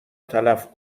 تلف